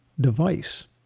device